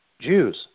Jews